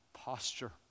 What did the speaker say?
posture